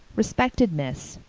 respected miss,